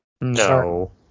No